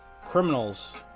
criminals